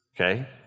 Okay